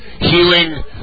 healing